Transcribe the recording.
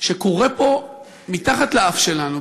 שקורית פה מתחת לאף שלנו,